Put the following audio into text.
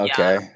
Okay